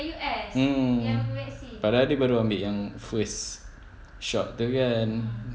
mm mm padahal baru ambil yang first shot tu kan